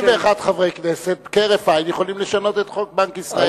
61 חברי כנסת יכולים כהרף עין לשנות את חוק בנק ישראל.